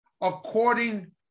according